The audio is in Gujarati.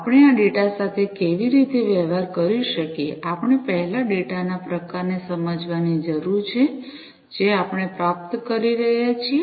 આપણે આ ડેટા સાથે કેવી રીતે વ્યવહાર કરી શકીએ આપણે પહેલા ડેટાના પ્રકારને સમજવાની જરૂર છે જે આપણે પ્રાપ્ત કરી રહ્યા છીએ